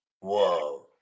Whoa